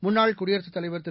முன்னாள் குடியரசுத் தலைவர் திரு